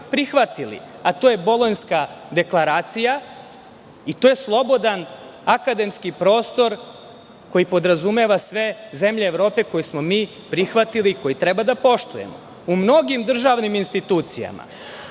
prihvatili, a to je Bolonjska deklaracija i to je slobodan akademski prostor koji podrazumeva sve zemlje Evrope koje smo mi prihvatili i koje treba da poštujemo.U mnogim državnim institucijama,